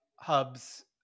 Hub's